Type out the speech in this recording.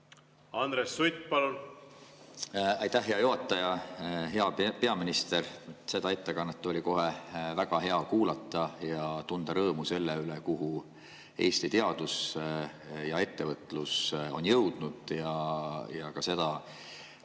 Andres Sutt, palun! Aitäh, hea juhataja! Hea peaminister! Seda ettekannet oli kohe väga hea kuulata ja tunda rõõmu selle üle, kuhu Eesti teadus ja ettevõtlus on jõudnud, ja et ka